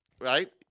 right